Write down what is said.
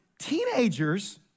teenagers